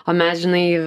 o mes žinai